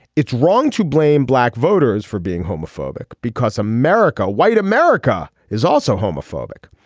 it's wrong to blame black voters for being homophobic because america white america is also homophobic.